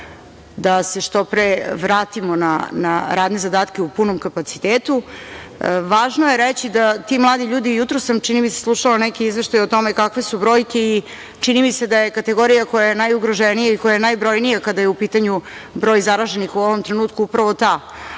da se što pre vratimo na radne zadatke u punom kapacitetu. Važno je reći da ti mladi ljudi, jutros sam, čini mi se, slušala neki izveštaj o tome kakve su brojke i čini mi se da je kategorija koja je najugroženija i koja je najbrojnija kada je u pitanju broj zaraženih u ovom trenutku upravo ta